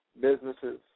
businesses